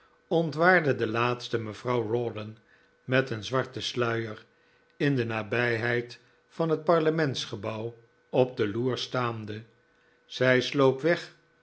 ontwaardde de laatste mevrouw rawdon met een zwarten sluier in de nabijheid van het parlementsgebouw op de loer staande zij sloop weg